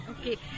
okay